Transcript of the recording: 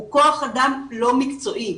הוא כח אדם לא מקצועי.